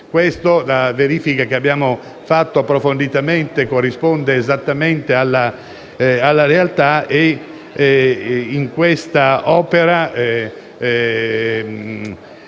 da verifiche che abbiamo fatto approfonditamente, corrisponde esattamente alla realtà. Questa opera